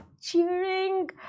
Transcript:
cheering